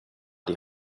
die